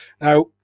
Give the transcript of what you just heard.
now